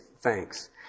thanks